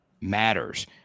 matters